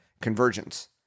convergence